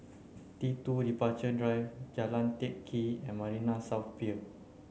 T two Departure Drive Jalan Teck Kee and Marina South Pier